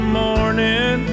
morning